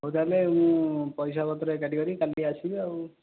ହଉ ତାହେଲେ ମୁଁ ପଇସା ପତ୍ର ଏକାଠି କରିକି କାଲି ଆସିବି ଆଉ